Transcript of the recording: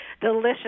delicious